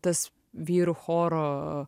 tas vyrų choro